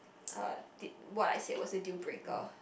uh did what I said was a deal breaker